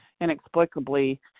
inexplicably